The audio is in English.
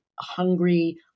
hungry